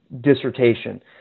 dissertation